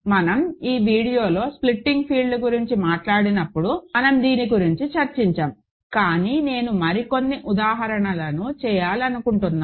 మనం ఈ వీడియోలో స్ప్లిట్టింగ్ ఫీల్డ్ గురించి మాట్లాడినప్పుడు మనం దీని గురించి చర్చించాము కానీ నేను మరికొన్ని ఉదాహరణలు చేయాలనుకుంటున్నాను